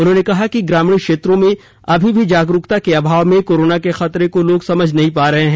उन्होंने कहा कि ग्रामीण क्षेत्रों में अभी भी जागरूकता के अभाव में कोरोना के खतरे को लोग समझ नहीं पा रहे हैं